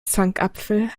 zankapfel